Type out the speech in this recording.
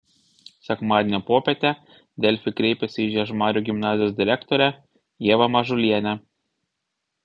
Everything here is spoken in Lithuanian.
sekmadienio popietę delfi kreipėsi į žiežmarių gimnazijos direktorę ievą mažulienę